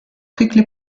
quickly